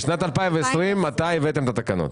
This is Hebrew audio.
בשנת 2020, מתי הבאתם את התקנות?